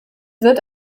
wird